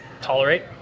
tolerate